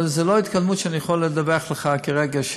אבל זו לא התקדמות שאני יכול לדווח לך עליה כרגע,